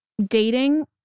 dating